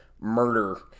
murder